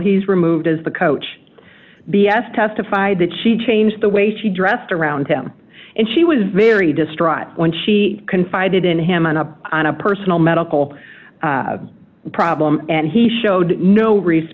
he's removed as the coach b s testified that she changed the way she dressed around him and she was very distraught when she confided in him an a on a personal medical problem and he showed no r